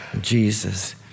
Jesus